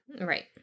Right